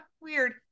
Weird